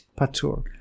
Patur